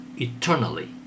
eternally